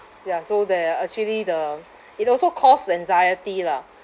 ya so there are actually the it also cause anxiety lah